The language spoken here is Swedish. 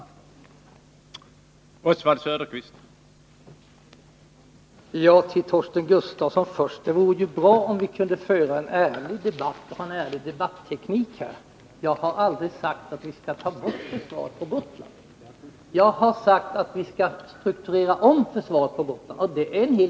Onsdagen den